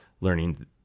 learning